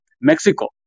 Mexico